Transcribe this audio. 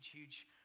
huge